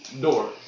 door